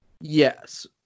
Yes